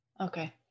Okay